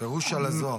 פירוש של הזוהר.